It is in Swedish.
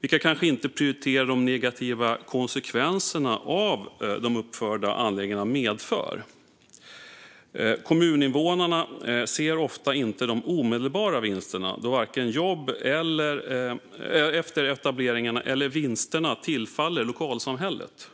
de prioriterar kanske inte de negativa konsekvenser som de uppförda anläggningarna medför. Kommuninvånarna ser ofta inte de omedelbara vinsterna då varken jobb efter etableringarna eller vinster tillfaller lokalsamhället.